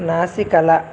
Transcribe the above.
నాసికల